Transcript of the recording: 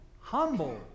Humble